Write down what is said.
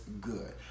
good